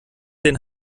den